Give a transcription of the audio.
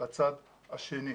לצד השני.